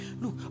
look